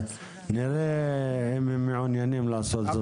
נראה אם הם מעוניינים לעשות זאת.